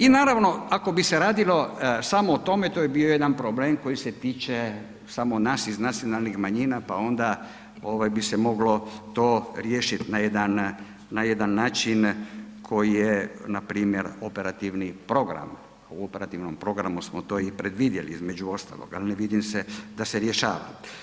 I naravno ako bi se radilo samo o tome, to bi bio jedan problem koji se tiče samo nas iz nacionalnih manjina, pa onda bi se moglo to riješit na jedan način koji je npr. operativni program, u operativnom programu smo to i predvidjeli, između ostalog, ali ne vidim se da se rješava.